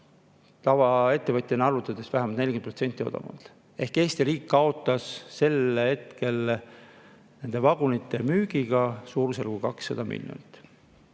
tavaettevõtjana arvutades vähemalt 40% odavamalt. Eesti riik kaotas sel hetkel nende vagunite müügiga suurusjärgus 200 miljonit